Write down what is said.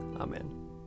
Amen